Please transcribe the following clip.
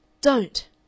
Don't